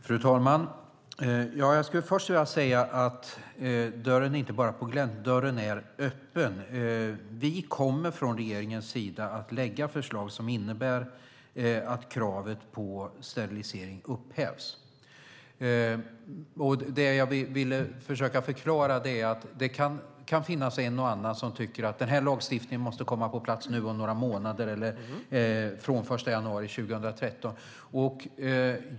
Fru talman! Jag skulle först vilja säga att dörren inte bara står på glänt, utan den är öppen. Vi kommer från regeringens sida att lägga fram förslag som innebär att kravet på sterilisering upphävs. Det jag ville försöka förklara var att det kan finnas en och annan som tycker att den här lagstiftningen måste komma på plats om några månader eller från den 1 januari 2013.